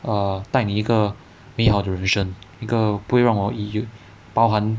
err 带你一个美好的人生一个不会让我包含